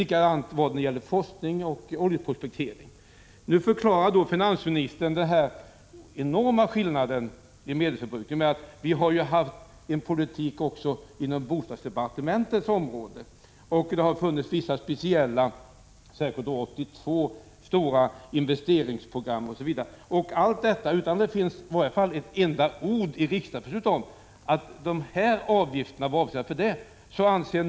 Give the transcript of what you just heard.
Likadant var det när det gällde forskning och oljeprospektering. Nu förklarar finansministern den enorma skillnaden i medelsförbrukning med att vi har fört en politik också inom bostadsdepartementets område med vissa speciella — särskilt 1982 — stora investeringsprogram osv. Allt detta har man gjort utan att det finns ett enda ord i riksdagsbeslutet om att de här avgifterna var avsedda för det ändamålet.